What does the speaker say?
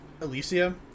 Alicia